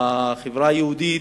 בחברה היהודית,